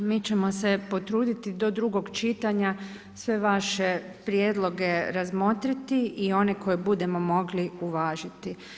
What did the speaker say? Mi ćemo potruditi do drugog čitanja sve vaše prijedloge razmotriti i one koje budemo mogli uvažiti.